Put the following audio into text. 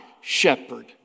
shepherd